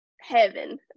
heaven